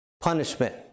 punishment